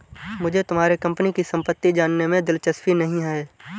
मुझे तुम्हारे कंपनी की सम्पत्ति जानने में दिलचस्पी नहीं है